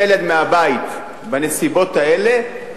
יורה להוציא ילד מהבית בנסיבות האלה,